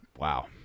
Wow